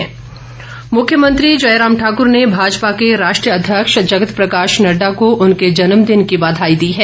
बघाई मुख्यमंत्री जयराम ठाकर ने भाजपा के राष्ट्रीय अध्यक्ष जगत प्रकाश नड्डा को उनके जन्मदिन की बधाई दी है